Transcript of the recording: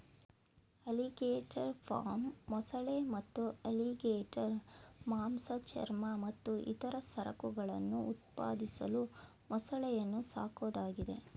alligator farm ಮೊಸಳೆ ಮತ್ತು alligator ಮಾಂಸ ಚರ್ಮ ಮತ್ತು ಇತರ ಸರಕುಗಳನ್ನು ಉತ್ಪಾದಿಸಲು ಮೊಸಳೆಯನ್ನು ಸಾಕೋದಾಗಿದೆ